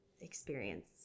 experience